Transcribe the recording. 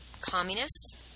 communists